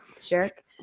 Jerk